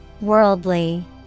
Worldly